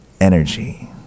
energy